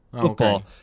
Football